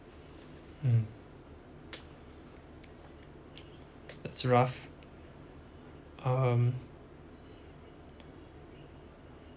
mm it's rough um